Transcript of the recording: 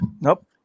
nope